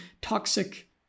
toxic